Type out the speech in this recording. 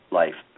life